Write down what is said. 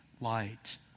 light